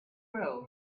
well